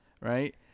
right